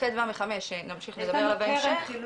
מוקד 105 נמשיך לדבר עליו בהמשך.